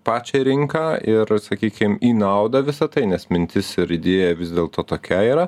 pačią rinką ir sakykim į naudą visa tai nes mintis ir idėja vis dėlto tokia yra